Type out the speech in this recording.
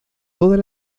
todas